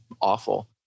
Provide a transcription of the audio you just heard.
awful